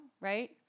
right